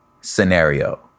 scenario